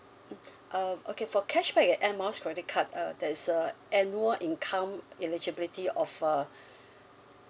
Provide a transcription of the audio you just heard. mm um okay for cashback and Air Miles credit card uh there is a annual income eligibility of uh